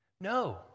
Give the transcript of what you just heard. No